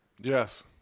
Yes